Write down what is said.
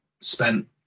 spent